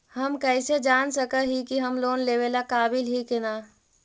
हम कईसे जान सक ही की हम लोन लेवेला काबिल ही की ना?